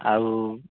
ଆଉ